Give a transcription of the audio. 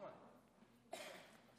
תודה